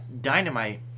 Dynamite